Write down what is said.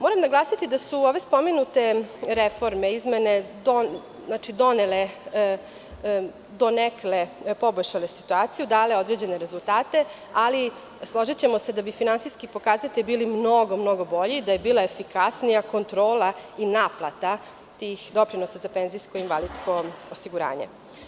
Moram naglasiti da su ove spomenute reforme donekle poboljšale situaciju, dale određene rezultate, ali složićemo se da bi finansijski pokazatelji bili mnogo bolji da je bila efikasnija kontrola i naplata tih doprinosa za penzijsko i invalidsko osiguranje.